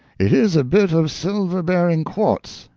it is a bit of silver-bearing quartz.